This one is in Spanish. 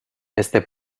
este